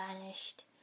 vanished